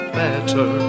better